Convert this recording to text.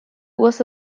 was